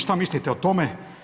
Šta mislite o tome?